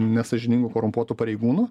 nesąžiningų korumpuotų pareigūnų